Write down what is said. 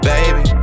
Baby